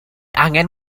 angen